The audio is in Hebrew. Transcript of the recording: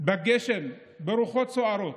ברוחות סוערות,